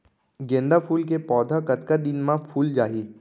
गेंदा फूल के पौधा कतका दिन मा फुल जाही?